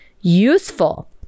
useful